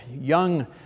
young